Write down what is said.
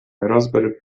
raspberry